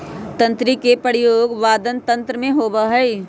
तंत्री के प्रयोग वादन यंत्र में होबा हई